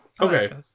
Okay